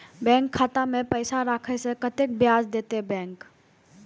Bank खाता में पैसा राखे से कतेक ब्याज देते बैंक?